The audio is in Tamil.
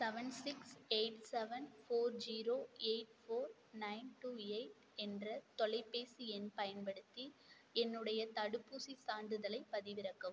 seven six eight seven four zero eight four nine two eight என்ற தொலைபேசி எண் பயன்படுத்தி என்னுடைய தடுப்பூசிச் சான்றிதழைப் பதிவிறக்கவும்